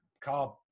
Car